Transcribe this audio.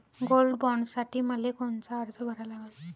Gold बॉण्डसाठी मले कोनचा अर्ज भरा लागन?